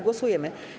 Głosujemy.